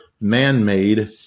man-made